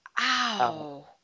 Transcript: Wow